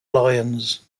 lions